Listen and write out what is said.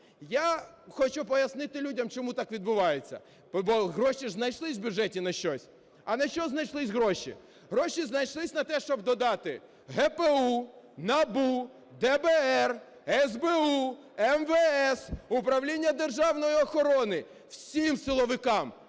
Я хочу пояснити людям, чому так відбувається, бо гроші знайшлися в бюджеті на щось. А на що знайшлися гроші? Гроші знайшлися на те, щоб додати ГПУ, НАБУ, ДБР, СБУ, МВС, Управлінню державної охорони – всім силовикам.